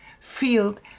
field